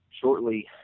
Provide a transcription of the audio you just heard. shortly